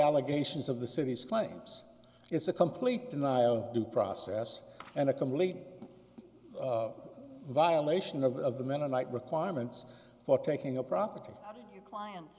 allegations of the city's claims is a complete denial of due process and a complete violation of of the mennonite requirements for taking a property li